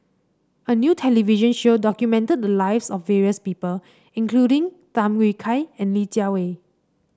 a new television show documented the lives of various people including Tham Yui Kai and Li Jiawei